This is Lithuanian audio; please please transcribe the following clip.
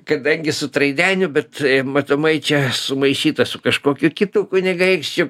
kadangi su traideniu bet matomai čia sumaišyta su kažkokiu kitu kunigaikščiu